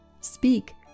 Speak